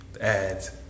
Ads